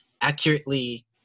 accurately